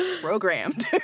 programmed